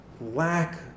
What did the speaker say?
lack